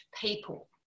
people